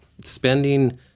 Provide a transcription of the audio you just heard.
spending